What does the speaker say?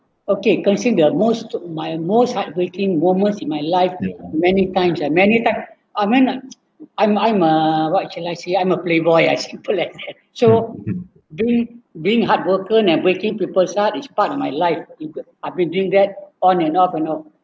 okay can see the most my most heartbreaking moments in my life many times ah many times I mean ah I'm I'm a what should I say I'm a playboy as simple as that so be being heartbroken and breaking people's heart is part of my life you could I've been doing that on and off and off